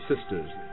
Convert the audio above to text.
sisters